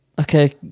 Okay